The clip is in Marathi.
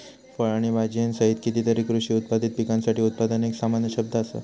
फळ आणि भाजीयांसहित कितीतरी कृषी उत्पादित पिकांसाठी उत्पादन एक सामान्य शब्द असा